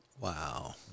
wow